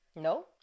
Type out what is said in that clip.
No